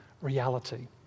reality